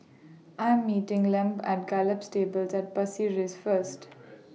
I Am meeting Lem At Gallop Stables At Pasir Ris First